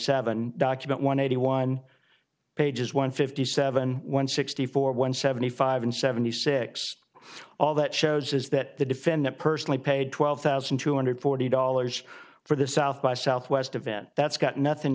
seven document one eighty one pages one fifty seven one sixty four one seventy five and seventy six all that shows is that the defendant personally paid twelve thousand two hundred forty dollars for the south by southwest event that's got nothing